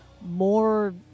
more